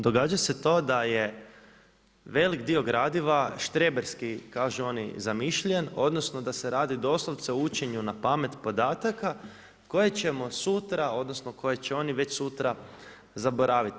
Događa se to da je velik dio gradiva štreberski, kažu oni zamišljen, odnosno da se radi doslovce o učenju na pamet podataka koje ćemo sutra, odnosno koje će oni već sutra zaboraviti.